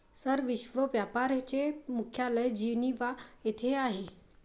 sir, विश्व व्यापार चे मुख्यालय जिनिव्हा येथे आहे